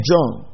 John